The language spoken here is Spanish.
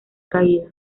caído